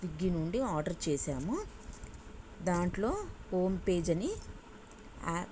Swiggy నుండి order చేసాము దాంట్లో హోం పేజిని